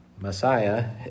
messiah